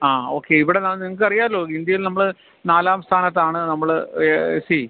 ആ ഓക്കെ ഇവിടെ നിന്നാണ് നിങ്ങൾക്ക് അറിയാമല്ലോ ഇന്ത്യയിൽ നമ്മൾ നാലാം സ്ഥാനത്താണ് നമ്മൾ സീ